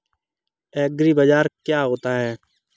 एग्रीबाजार क्या होता है?